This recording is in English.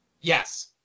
Yes